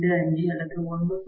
25 அல்லது 1